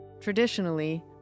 Traditionally